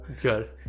Good